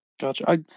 Gotcha